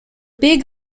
big